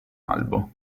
albo